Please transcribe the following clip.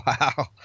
Wow